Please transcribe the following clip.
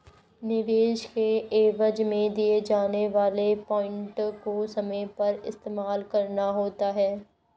निवेश के एवज में दिए जाने वाले पॉइंट को समय पर इस्तेमाल करना होता है